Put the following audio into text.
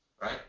right